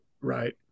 Right